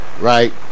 Right